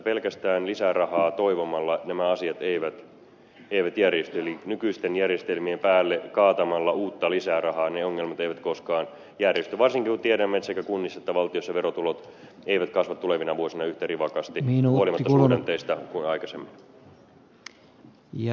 pelkästään lisärahaa toivomalla nämä asiat eivät järjesty eli nykyisten järjestelmien päälle kaatamalla uutta lisärahaa ne ongelmat eivät koskaan järjesty varsinkin kun tiedämme että sekä kunnissa että valtiolla verotulot eivät kasva tulevina vuosina yhtä rivakasti huolimatta suhdanteista kuin aikaisemmin